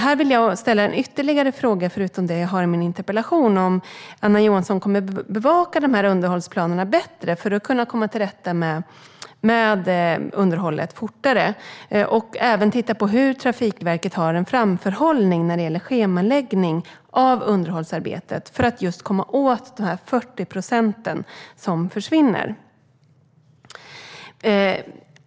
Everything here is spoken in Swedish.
Här vill jag ställa en ytterligare fråga, förutom den i interpellationen: Kommer Anna Johansson att bevaka dessa underhållsplaner bättre för att snabbare komma till rätta med underhållet och även titta på Trafikverkets framförhållning när det gäller schemaläggning av underhållsarbetet för att komma åt de 40 procent som försvinner?